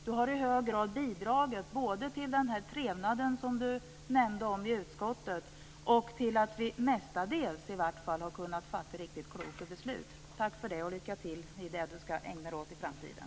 Du har i hög grad bidragit både till den trevnad som du nämnde i utskottet och till att vi - mestadels i varje fall - har kunnat fatta riktigt kloka beslut. Tack för det, och lycka till med det du skall ägna dig åt i framtiden!